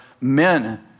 men